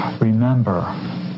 Remember